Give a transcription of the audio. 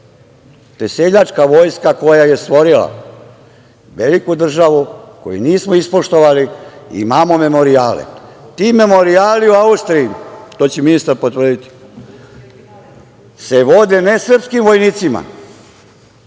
te seljačka vojska koja je stvorila veliku državu, koju nismo ispoštovali, imamo memorijale. Ti memorijali u Austriji, to će ministar potvrditi, se vode ne srpskim vojnicima,